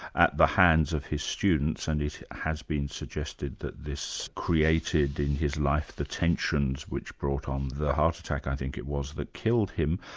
at the hands of his students and it has been suggested that this created in his life the tensions which brought on the heart attack i think it was, that killed him.